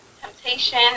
temptation